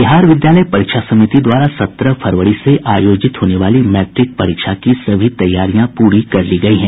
बिहार विद्यालय परीक्षा समिति द्वारा सत्रह फरवरी से आयोजित होने वाली मैट्रिक परीक्षा की सभी तैयारियां पूरी कर ली गयी हैं